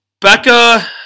Becca